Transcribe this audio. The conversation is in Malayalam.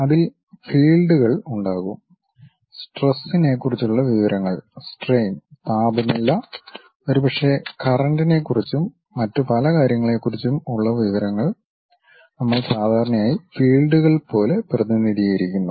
അതിൽ ഫീൽഡുകൾ ഉണ്ടാകും സ്ട്രെസ്സ് നെകുറിച്ചുള്ള വിവരങ്ങൾ സ്ട്രയിൻ താപനില ഒരുപക്ഷേ കറൻറ്നെക്കുറിച്ചും മറ്റ് പല കാര്യങ്ങളെക്കുറിച്ചും ഉള്ള വിവരങ്ങൾ നമ്മൾ സാധാരണയായി ഫീൽഡുകൾ പോലെ പ്രതിനിധീകരിക്കുന്നു